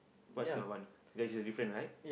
what's your one there is a different right